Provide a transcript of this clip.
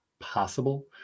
possible